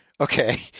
Okay